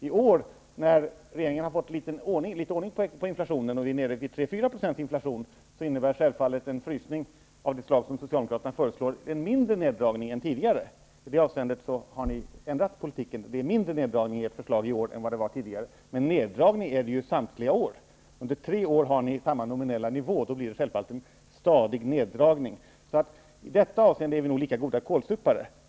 I år, när regeringen har fått litet ordning på inflationen och vi är nere vid 3--4 % inflation, innebär självfallet en frysning av det slag som Socialdemokraterna föreslår en mindre neddragning än tidigare. I det avseendet har ni ändrat politiken. Det är en mindre neddragning i ert förslag i år än vad det var tidigare, men det är fråga om neddragningar under samtliga år. Om ni under tre år har samma nominella nivå, blir det självfallet en stadig neddragning. I detta avseende är vi nog lika goda kålsupare.